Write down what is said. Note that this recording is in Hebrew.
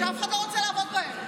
שאף אחד לא רוצה לעבוד בהם.